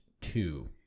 two